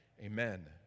Amen